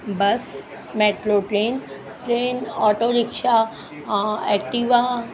bus metro train train autorickshaw Activa